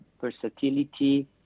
versatility